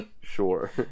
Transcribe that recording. Sure